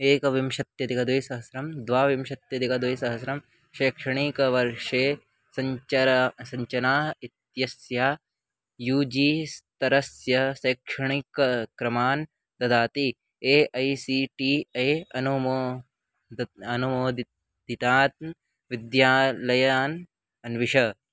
एकविंशत्यधिकद्विसहस्रं द्वाविंशत्यधिकद्विसहस्रं शैक्षणिकवर्षे सञ्चना सञ्चना इत्यस्य यू जी स्तरस्य शैक्षणिकक्रमान् ददाति A I C T E अनुमो अनुमोदितान् विद्यालयान् अन्विष